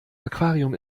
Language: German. aquarium